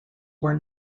were